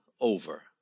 over